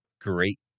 great